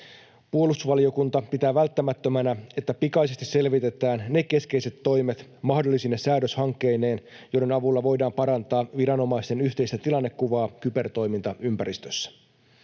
Puolustusvaliokunta pitää välttämättömänä, että pikaisesti selvitetään ne keskeiset toimet mahdollisine säädöshankkeineen, joiden avulla voidaan parantaa viranomaisten yhteistä tilannekuvaa kybertoimintaympäristössä.